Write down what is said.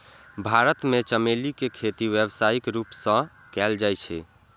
भारत मे चमेली के खेती व्यावसायिक रूप सं कैल जाइ छै